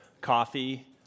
coffee